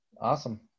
Awesome